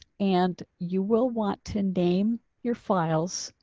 and you will want to name your files,